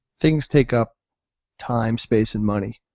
things take up time, space and money.